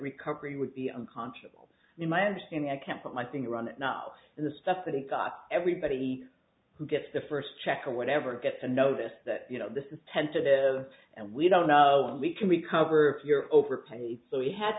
recovery would be unconscionable in my understanding i can't put my finger on it now and the stuff that he got everybody who gets the first check or whatever gets a notice that you know this is tentative and we don't know we can recover your overpaid so he ha